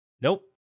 Nope